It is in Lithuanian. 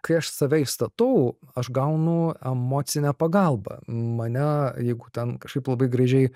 kai aš save išstatau aš gaunu emocinę pagalbą mane jeigu ten kažkaip labai gražiai